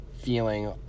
feeling